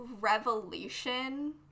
revelation